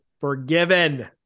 Forgiven